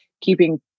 keeping